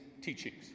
teachings